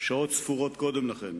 שעות ספורות קודם לכן.